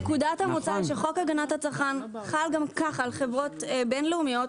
נקודת המוצא היא שחוק הגנת הצרכן חל גם כך על חברות בינלאומיות.